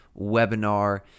webinar